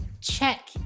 Check